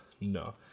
no